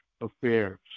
affairs